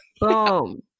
boom